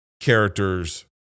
characters